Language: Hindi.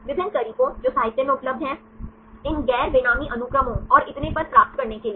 विभिन्न तरीकों जो साहित्य में उपलब्ध हैं इन गैर बेमानी अनुक्रमों और इतने पर प्राप्त करने के लिए